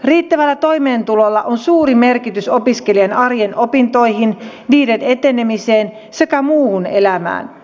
riittävällä toimeentulolla on suuri merkitys opiskelijan arjen opintoihin niiden etenemiseen sekä muuhun elämään